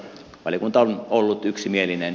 valiokunta on ollut yksimielinen